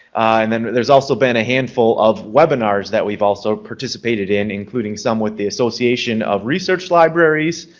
and and there's also been a handful of webinars that we've also participated in, including some with the association of research libraries,